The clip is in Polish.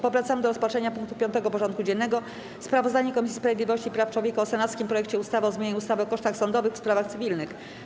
Powracamy do rozpatrzenia punktu 5. porządku dziennego: Sprawozdanie Komisji Sprawiedliwości i Praw Człowieka o senackim projekcie ustawy o zmianie ustawy o kosztach sądowych w sprawach cywilnych.